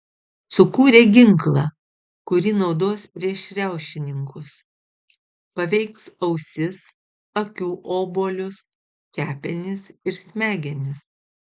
sukūrė ginklą kurį naudos prieš riaušininkus paveiks ausis akių obuolius kepenis ir smegenis